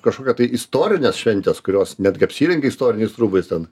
kažkokia tai istorinės šventės kurios netgi apsirengia istoriniais rūbais ten